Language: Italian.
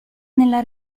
nella